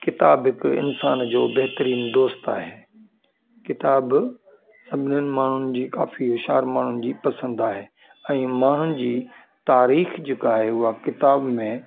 किताब हिकु इन्सानु जो बहितरीनु दोस्तु आहे किताब सभिनीनि माण्हुनि जी काफ़ी होशियारु माण्हुनि जी पसंदि आहे ऐं माण्हुनि जी तारीख़ जेका आहे हूअ किताब में